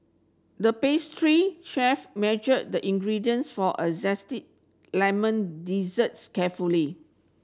the pastry chef measured the ingredients for a zesty lemon desserts carefully